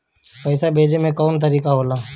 पइसा भेजे के कौन कोन तरीका होला?